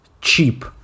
Cheap